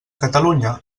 catalunya